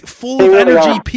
full-of-energy